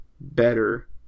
better